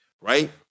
right